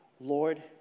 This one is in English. Lord